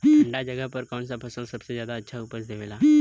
ठंढा जगह पर कौन सा फसल सबसे ज्यादा अच्छा उपज देवेला?